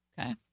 Okay